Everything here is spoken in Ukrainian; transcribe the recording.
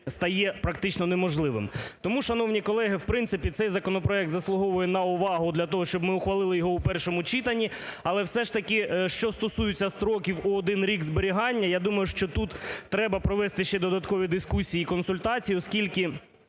стає практично неможливим. Тому, шановні колеги, в принципі цей законопроект заслуговує на увагу для того, щоб ми ухвалили його в першому читанні. Але все ж таки, що стосується строків у один рік зберігання, я думаю, що тут треба провести ще додаткові дискусії і консультації, оскільки